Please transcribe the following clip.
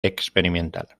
experimental